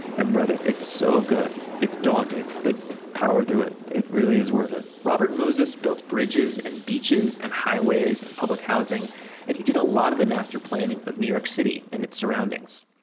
i've read it. it's so good, it's daunting but power through it. it really is worth it robert moses built bridges and beaches and highways and public housing and he did a lot of the master planning of new york city and its surroundings.